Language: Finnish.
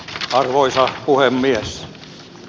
arvoisa puhemies